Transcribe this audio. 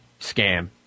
scam